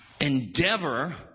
Endeavor